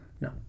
No